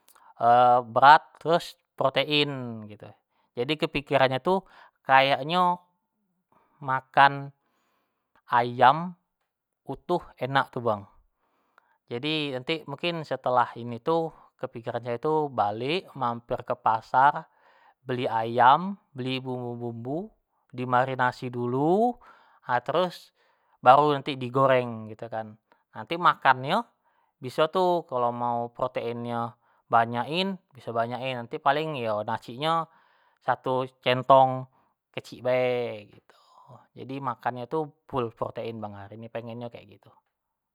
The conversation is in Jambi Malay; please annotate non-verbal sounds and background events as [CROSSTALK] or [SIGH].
[HESITATION] berat terus protein gitu, jadi kepikirannyo tu kayaknyo makan ayam utuh enak tu bang, jadi nanti mungkin setelah ini tu kepikiran sayo tu balek, mampir kepasar beli ayam, beli bumbu-bumbu, dimarinasi dulu, ha terus baru nanti di goreng gitu kan, nanti makannyo biso tu kalau mau proteinnyo banyak in, biso banyak in, nanti paling yo nasi nyo satu centong kecik bae gitu, jadi makannyo tu ful protein hari ini pengen nyo kayak gitu.